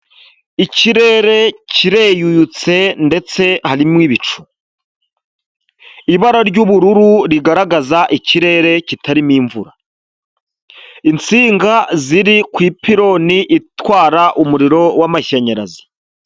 Ikirere kireyutse ndetse ibara, ry'ubururu ikirere kitarimo imvura, insinga ziri ku ipironi itwara umuriro w'amashanyarazi.